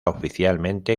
oficialmente